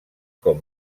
com